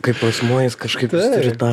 kaip asmuo jis kažkaip turi tą